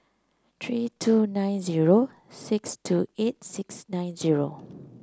three two nine zero six two eight six nine zero